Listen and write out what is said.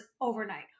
overnight